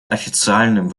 официальным